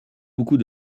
beaucoup